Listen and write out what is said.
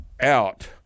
out